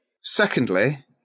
Secondly